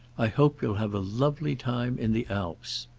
i hope you'll have a lovely time in the alps.